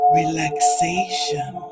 relaxation